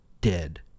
dead